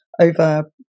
over